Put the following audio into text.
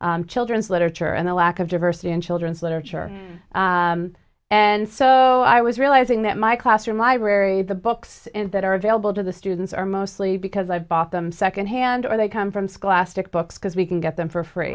about children's literature and the lack of diversity in children's literature and so i was realizing that my classroom library the books that are available to the students are mostly because i bought them secondhand or they come from scholastic books because we can get them for free